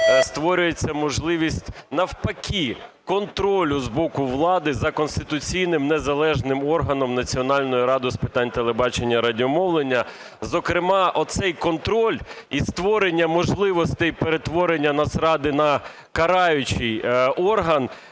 створюється можливість, навпаки, контролю з боку влади за конституційним незалежним органом Національною радою з питань телебачення і радіомовлення. Зокрема, оцей контроль і створення можливостей перетворення Нацради на караючий орган